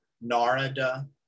Narada